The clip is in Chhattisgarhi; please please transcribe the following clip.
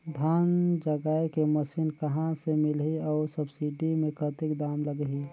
धान जगाय के मशीन कहा ले मिलही अउ सब्सिडी मे कतेक दाम लगही?